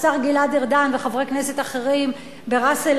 השר גלעד ארדן וחברי כנסת אחרים בראס-אל-עמוד,